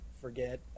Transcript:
forget